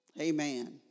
Amen